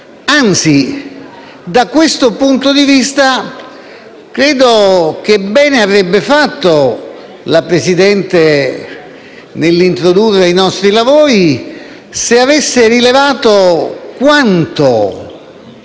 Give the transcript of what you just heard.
Anzi, da questo punto di vista, bene avrebbe fatto la Presidente, nell'introdurre i nostri lavori, se avesse rilevato quanto